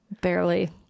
barely